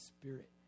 spirit